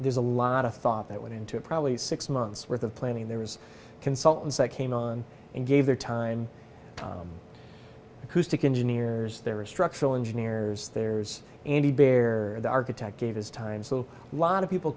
there's a lot of thought that went into it probably six months worth of planning there was consultants that came on and gave their time acoustic engineers there are a structural engineers there's any bear the architect gave his time so a lot of people